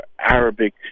Arabic